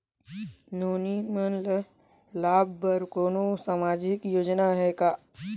नोनी मन ल लाभ बर कोनो सामाजिक योजना हे का?